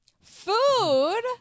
Food